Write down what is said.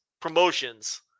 promotions